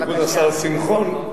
בייחוד השר שמחון.